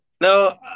No